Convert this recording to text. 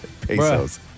Pesos